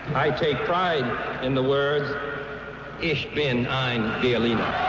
i take pride in the words ich bin ein berliner.